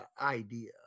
idea